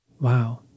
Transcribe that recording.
Wow